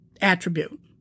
Attribute